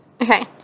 Okay